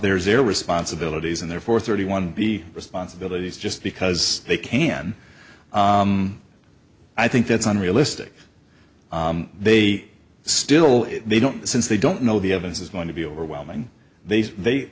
zero responsibilities and therefore thirty one b responsibilities just because they can i think that's unrealistic they still they don't since they don't know the evidence is going to be overwhelming they they